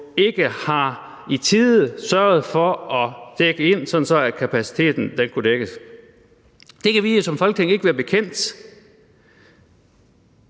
ikke i tide har sørget for at sætte ind, så kapaciteten kunne dække. Det kan vi jo som Folketing ikke være bekendt,